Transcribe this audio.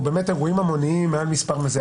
או באמת אירועים המוניים מעל מספר מסוים,